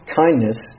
kindness